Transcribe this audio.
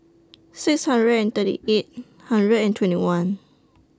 six hundred and thirty eight hundred and twenty one